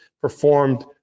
performed